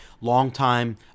longtime